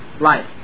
life